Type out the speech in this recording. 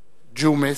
ג'ומס,